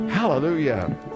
hallelujah